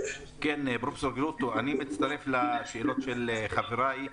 אני מצטרף לשאלות של חבריי,